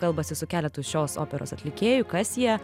kalbasi su keletu šios operos atlikėjų kas jie